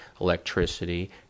electricity